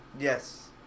Yes